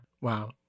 Wow